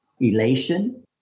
elation